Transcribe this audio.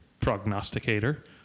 prognosticator